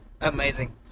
amazing